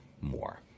more